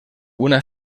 una